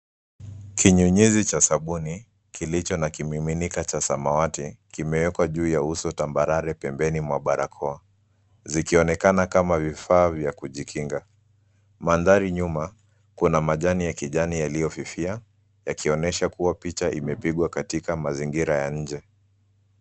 Kinyunyizi cha sabuni kilicho na kimiminika cha samawati kimewekwa juu ya uso tambarare pembeni mwa barakoa, zikionekana kama vifaa vya kujikinga. Mandhari nyuma kuna majani ya kijani yaliyofifia yakionyesha kuwa picha imepigwa katika mazingira ya nje.